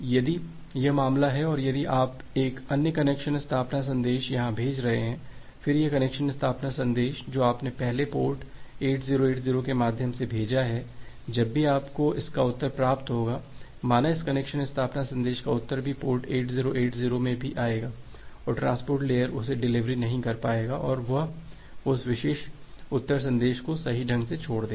यदि यह मामला है और यदि आप एक अन्य कनेक्शन स्थापना संदेश यहां भेज रहे हैं फिर यह कनेक्शन स्थापना संदेश जो आपने पहले पोर्ट 8080 के माध्यम से भेजा है जब भी आपको इसका उत्तर प्राप्त होगा माना इस कनेक्शन स्थापना संदेश का उत्तर भी पोर्ट 8080 में भी आएगा और ट्रांसपोर्ट लेयर उसे डिलीवर नहीं कर पायेगा और यह उस विशेष उत्तर संदेश को सही ढंग से छोड़ देगा